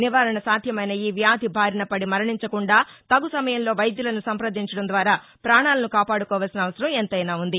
నివారణ సాధ్యమైన ఈవ్యాధి బారినపడి మరణించకుండా తగు సమయంలో వైద్యులను సంపదించడం ద్వారా పాణాలను కాపాడుకోవలసిన అవసరం ఎంతైనా ఉంది